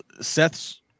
Seth's